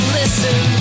listen